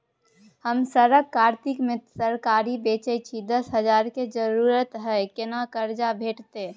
हम सरक कातिक में तरकारी बेचै छी, दस हजार के जरूरत हय केना कर्जा भेटतै?